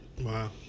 Wow